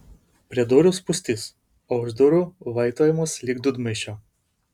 prie durų spūstis o už durų vaitojimas lyg dūdmaišio